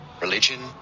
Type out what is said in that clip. religion